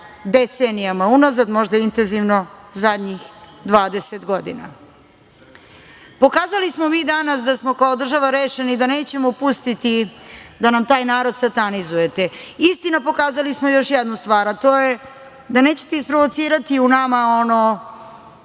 decenijama unazad, možda intenzivno zadnjih 20 godina. Pokazali smo mi danas da smo kao država rešeni da nećemo pustiti da nam taj narod satanizujete. Istina, pokazali smo još jednu stvar, a to je da nećete isprovocirati u nama ono